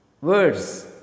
words